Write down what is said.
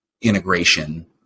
integration